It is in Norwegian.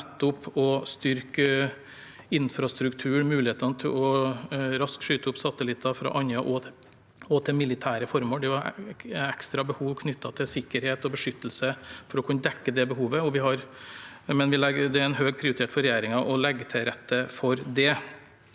å styrke infrastrukturen, mulighetene til raskt å skyte opp satellitter fra Andøya også til militære formål. Det er ekstra behov knyttet til sikkerhet og beskyttelse for å kunne dekke det behovet, men det er en høy prioritet for regjeringen å legge til rette for det.